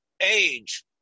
age